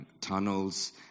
tunnels